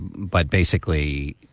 but basically.